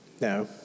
No